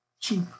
cheap